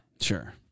Sure